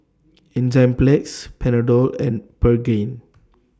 Enzyplex Panadol and Pregain